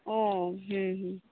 ᱚᱻ ᱦᱮᱸ ᱦᱮᱸ